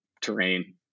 terrain